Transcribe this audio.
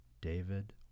David